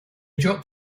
dropped